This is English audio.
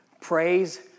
Praise